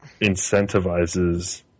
incentivizes